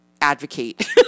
advocate